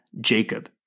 Jacob